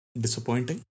disappointing